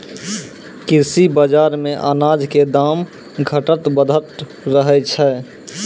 कृषि बाजार मॅ अनाज के दाम घटतॅ बढ़तॅ रहै छै